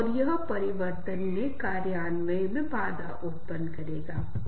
इसके साथ ही मैं अपनी बात समाप्त करना चाहूंगा